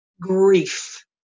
grief